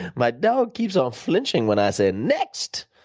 my dog keeps on flinching when i say, next.